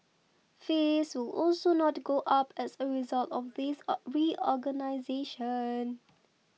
fees will also not go up as a result of this reorganisation